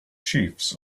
chiefs